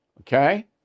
Okay